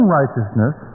righteousness